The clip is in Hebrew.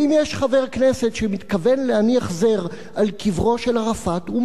ואם יש חבר כנסת שמתכוון להניח זר על קברו של ערפאת הוא